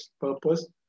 purpose